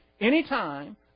Anytime